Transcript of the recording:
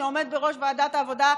שעומד בראש ועדת העבודה,